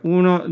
uno